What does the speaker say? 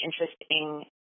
interesting